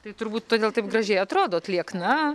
tai turbūt todėl taip gražiai atrodot liekna